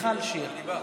מיכל שיר.